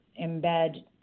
embed